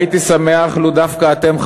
הייתי שמח לו דווקא אתם,